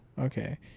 Okay